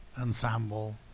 ensemble